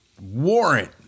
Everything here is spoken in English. Warrant